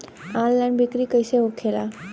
Online बिक्री कैसे होखेला?